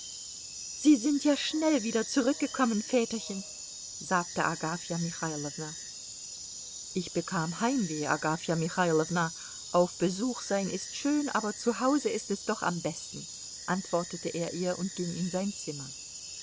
sie sind ja schnell wieder zurückgekommen väterchen sagte agafja michailowna ich bekam heimweh agafja michailowna auf besuch sein ist schön aber zu hause ist es doch am besten antwortete er ihr und ging in sein zimmer